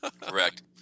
Correct